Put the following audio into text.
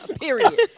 period